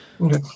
Okay